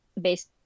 based